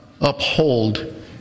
uphold